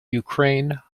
ukraine